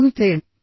phone తీసేయండి